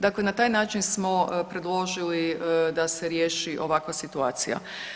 Dakle, na taj način smo predložili da se riješi ovakva situacija.